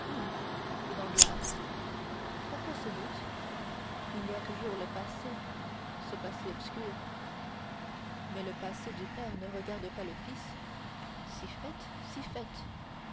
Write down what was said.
pourquoi ce doute il y a toujours le passé ce passé obscur mais le passé du père ne regarde pas le fils si fait si fait